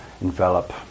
envelop